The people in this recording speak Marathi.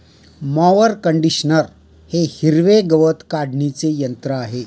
मॉवर कंडिशनर हे हिरवे गवत काढणीचे यंत्र आहे